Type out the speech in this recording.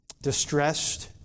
distressed